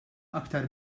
aktar